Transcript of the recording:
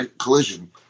collision